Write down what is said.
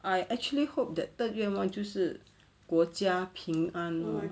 I actually hope that third 愿望就是国家平安 lor